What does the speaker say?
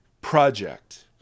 project